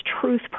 truth